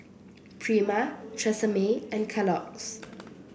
Prima Tresemme and Kellogg's